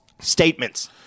statements